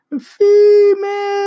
female